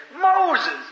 Moses